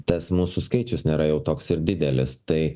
tas mūsų skaičius nėra jau toks ir didelis tai